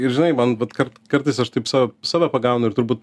ir žinai man vat kart kartais aš taip sav save pagaunu ir turbūt